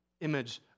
image